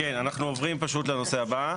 כן, אנחנו עוברים פשוט לנושא הבא.